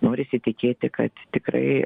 norisi tikėti kad tikrai